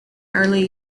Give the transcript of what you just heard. early